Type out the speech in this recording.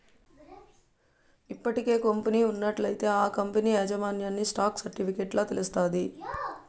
ఇప్పటికే కంపెనీ ఉన్నట్లయితే ఆ కంపనీ యాజమాన్యన్ని స్టాక్ సర్టిఫికెట్ల తెలస్తాది